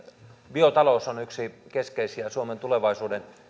biotalous on yksi keskeisiä suomen tulevaisuuden